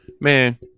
Man